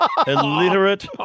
illiterate